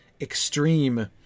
extreme